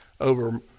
over